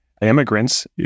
immigrants